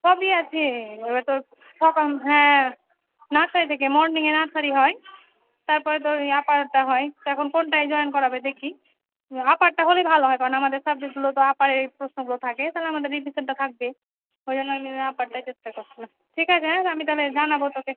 সবই আছে ওরা তোর সো হ্যাঁ নার্সারি থেকে মর্নিং এ নার্সারি হয় তারপরে তোর এই আপারটা হয় তো এখন কোনটায় জয়েন করাবে দেখি আপারটা হলেই ভালো হয় কারণ আমাদের সাবজেক্টগুলো তো আপারের প্রশ্নগুলো থাকে তালে আমাদের রিভিশনটা থাকবে ওই জন্য আমি আপারটাকে প্রেফার করি ঠিক আছে হ্যাঁ আমি তালে জানাবো তোকে